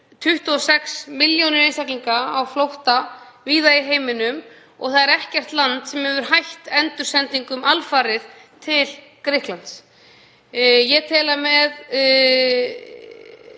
26 milljónir einstaklinga á flótta víða í heiminum og það er ekkert land sem hefur hætt endursendingum alfarið til Grikklands. Ég tel rétt